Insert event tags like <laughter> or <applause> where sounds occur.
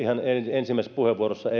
ensimmäisessä puheenvuorossani <unintelligible>